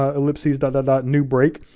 ah ellipses, dot, dot, dot, new brake,